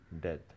death